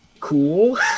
cool